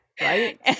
Right